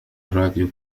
الراديو